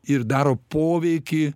ir daro poveikį